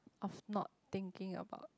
of not thinking about